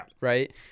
right